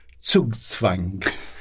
Zugzwang